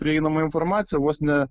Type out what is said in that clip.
prieinamą informaciją vos ne